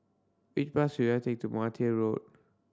which bus should I take to Martia Road